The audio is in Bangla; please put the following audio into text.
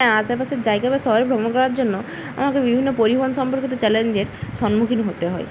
হ্যাঁ আশেপাশের জায়গা বা শহরে ভ্রমণ করার জন্য আমাকে বিভিন্ন পরিবহন সম্পর্কিত চ্যালেঞ্জের সম্মুখীন হতে হয়